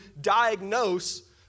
diagnose